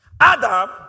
Adam